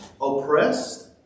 oppressed